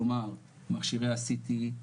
כלומר מכשירי ה-CT,